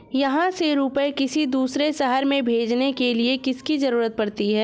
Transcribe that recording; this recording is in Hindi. यहाँ से रुपये किसी दूसरे शहर में भेजने के लिए किसकी जरूरत पड़ती है?